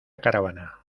caravana